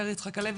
מאיר יצחק הלוי,